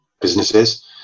businesses